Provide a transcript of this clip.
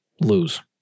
lose